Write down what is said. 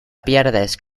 pierdes